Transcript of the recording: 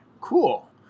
Cool